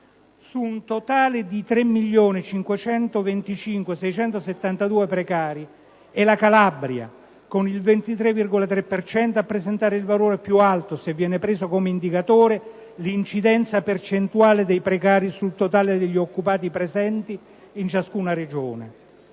Su un totale di 3.525.672 precari, è la Calabria, con il 23,3 per cento, a presentare il valore più alto, se viene preso come indicatore l'incidenza percentuale dei precari sul totale degli occupati presenti in ciascuna Regione.